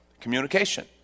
Communication